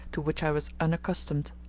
to which i was unaccustomed.